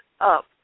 up